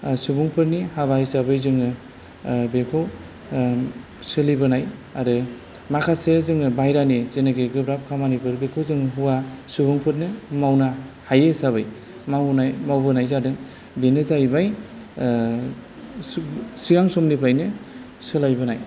सुबुंफोरनि हाबा हिसाबै जोङो बेखौ सोलिबोनाय आरो माखासे जोङो बाहेरानि जेनाखि गोब्राब खामानिखौ बेखौ जों हौवा सुबुंफोरनो मावनो हायो हिसाबै मावहोनाय जादों बेनो जाहैबाय सिगां समनिफ्रायनो सोलायबोनाय